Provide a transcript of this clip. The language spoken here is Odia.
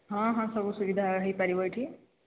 ହଁ ହଁ ସବୁ ସୁବିଧା ହେଇପାରିବ ଏଠି